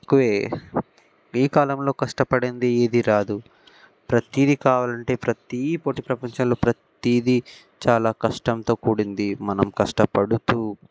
తక్కువే ఈ కాలంలో కష్టపడింది ఏది రాదు ప్రతిదీ కావాలంటే ప్రతి ఈ పోటీ ప్రపంచంలో ప్రతీది చాలా కష్టంతో కూడింది మనం కష్టపడుతూ